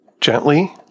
gently